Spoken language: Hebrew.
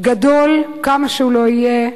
גדול כמה שהוא לא יהיה,